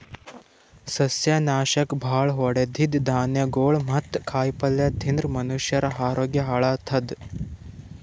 ಸಸ್ಯನಾಶಕ್ ಭಾಳ್ ಹೊಡದಿದ್ದ್ ಧಾನ್ಯಗೊಳ್ ಮತ್ತ್ ಕಾಯಿಪಲ್ಯ ತಿಂದ್ರ್ ಮನಷ್ಯರ ಆರೋಗ್ಯ ಹಾಳತದ್